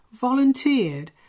volunteered